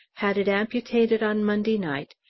had it amputated on monday night,